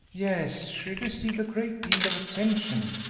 yes, she received a great deal of attention,